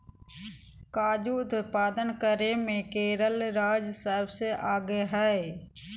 काजू उत्पादन करे मे केरल राज्य सबसे आगे हय